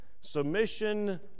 submission